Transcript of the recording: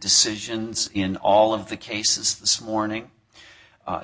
decisions in all of the cases this morning